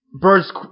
Bird's